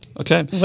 Okay